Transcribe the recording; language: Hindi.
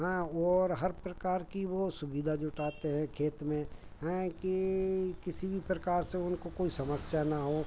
हाँ और हर प्रकार की वे सुविधा जुटाते हैं खेत में हैं कि किसी भी प्रकार से उनको कोई समस्या ना हो